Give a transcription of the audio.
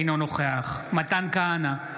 אינו נוכח מתן כהנא,